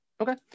Okay